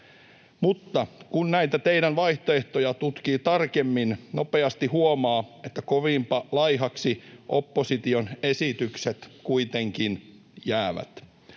Mutta kun näitä teidän vaihtoehtojanne tutkii tarkemmin, nopeasti huomaa, että kovinpa laihaksi opposition esitykset kuitenkin jäävät.